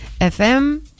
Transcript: FM